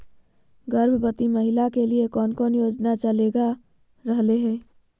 गर्भवती महिला के लिए कौन कौन योजना चलेगा रहले है?